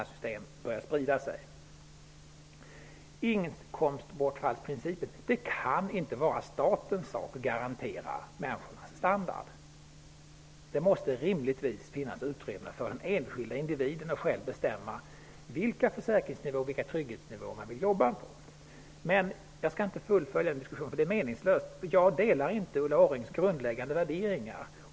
När det gäller inkomstbortfallsprincipen kan det inte vara statens sak att garantera människornas standard. Det måste rimligtvis finnas utrymme för den enskilde individen att själv bestämma vilken försäkrings respektive trygghetsnivå som man vill uppnå. Men jag skall inte fullfölja den diskussionen, eftersom den är meningslös. Jag delar inte Ulla Orrings grundläggande värderingar.